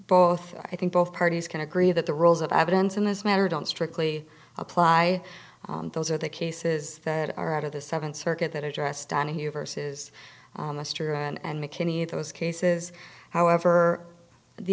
both i think both parties can agree that the rules of evidence in this matter don't strictly apply those are the cases that are out of the seventh circuit that address donahue versus mr and mckinney those cases however the